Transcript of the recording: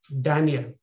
Daniel